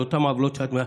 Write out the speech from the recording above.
אותן עוולות שאת,